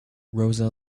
rosa